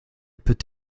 peut